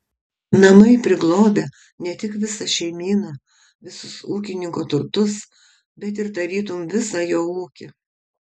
namai priglobia ne tik visą šeimyną visus ūkininko turtus bet ir tarytum visą jo ūkį